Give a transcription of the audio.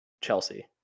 chelsea